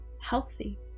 Healthy